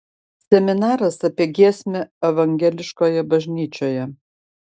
seminaras apie giesmę evangeliškoje bažnyčioje